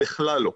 בכלל לא.